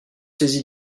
saisi